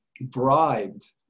bribed